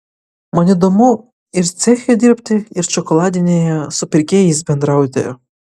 man įdomu ir ceche dirbti ir šokoladinėje su pirkėjais bendrauti